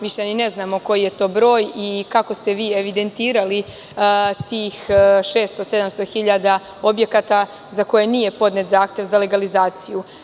Više ne znamo ni koji je to broj, ni kako ste vi evidentirali tih 600, 700 hiljada objekata za koje nije podnet zahtev za legalizaciju.